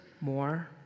more